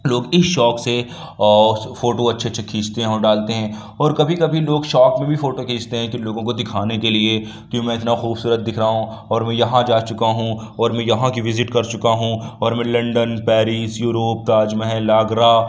لوگ اِس شوق سے اور فوٹو اچھے اچھے کھینچتے ہیں اور ڈالتے ہیں اور کبھی کبھی لوگ شوق میں بھی فوٹو کھینچتے ہیں کہ لوگوں کو دکھانے کے لیے کہ میں اتنا خوبصورت دکھ رہا ہوں اور میں یہاں جا چُكا ہوں اور میں یہاں كی ویزٹ كر چُكا ہوں اور میں London Paris Europe Taj Mahal Agra